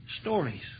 stories